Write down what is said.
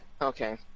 okay